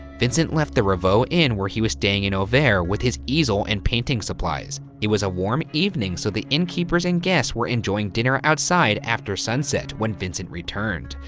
vincent left the ravoux inn where he was staying in auvers with his easel and painting supplies. it was a warm evening, so the innkeepers and guests were enjoying dinner outside after sunset when vincent returned.